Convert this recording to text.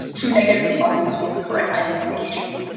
true negatives and positives means correct identifications.